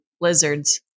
Lizards